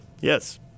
Yes